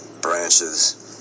branches